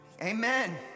Amen